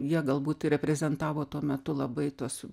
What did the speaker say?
jie galbūt reprezentavo tuo metu labai tuos